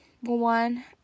one